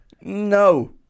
No